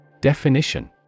Definition